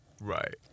Right